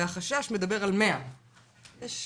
והחשש מדבר על 100. יש